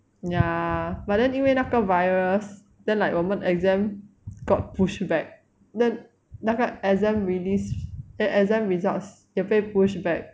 ya but then 因为那个 virus then like 我们 exam got pushed back then 那个 exam release eh exam results 也被 pushed back